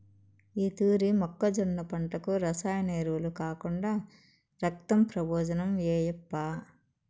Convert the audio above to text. ఈ తూరి మొక్కజొన్న పంటకు రసాయన ఎరువులు కాకుండా రక్తం ప్రబోజనం ఏయప్పా